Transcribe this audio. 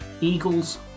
Eagles